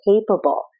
capable